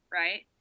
right